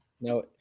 No